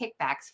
kickbacks